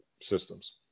systems